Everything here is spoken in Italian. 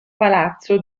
palazzo